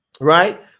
right